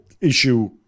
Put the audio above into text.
issue